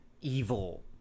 evil